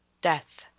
death